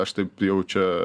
aš taip jau čia